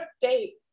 date